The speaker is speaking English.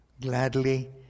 gladly